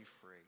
free